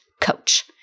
coach